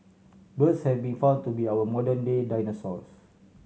birds have been found to be our modern day dinosaurs